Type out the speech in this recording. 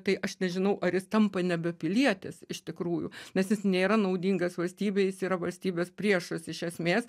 tai aš nežinau ar jis tampa nebe pilietis iš tikrųjų nes jis nėra naudingas valstybei jis yra valstybės priešas iš esmės